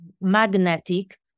magnetic